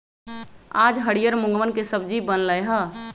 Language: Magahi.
आज हरियर मूँगवन के सब्जी बन लय है